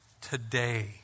Today